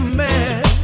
man